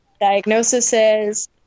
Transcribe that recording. diagnoses